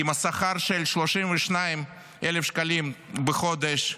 עם שכר של 32,000 שקלים בחודש,